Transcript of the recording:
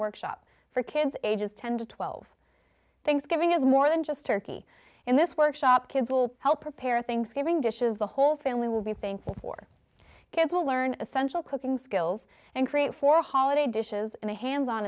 workshop for kids ages ten to twelve thanksgiving is more than just turkey in this workshop kids will help prepare things giving dishes the whole family will be thankful for kids will learn essential cooking skills and create for holiday dishes and a hands on